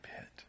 pit